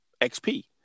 XP